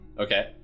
Okay